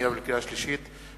לקריאה שנייה ולקריאה שלישית,